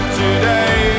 today